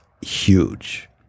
huge